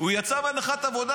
זה לא --- ועדת חקירה ממלכתית?